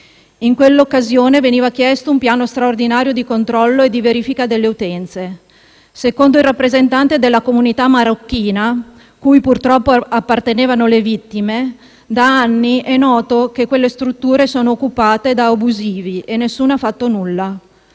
In quell'occasione veniva chiesto un piano straordinario di controllo e di verifica delle utenze. Secondo il rappresentante della comunità marocchina, cui purtroppo appartenevano le vittime, da anni è noto che quelle strutture sono occupate da abusivi e nessuno ha fatto nulla.